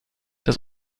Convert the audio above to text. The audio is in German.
dass